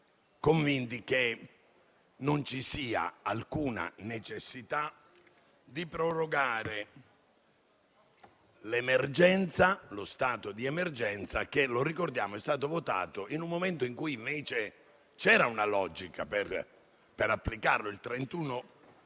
occasioni, che non ci sia alcuna necessità di prorogare lo stato di emergenza, che - ricordiamo - è stato votato in un momento in cui invece c'era una logica per applicarlo, il 31 gennaio